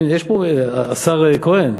השר כהן?